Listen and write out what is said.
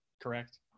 correct